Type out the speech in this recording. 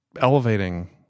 elevating